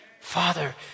Father